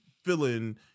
feeling